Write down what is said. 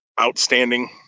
outstanding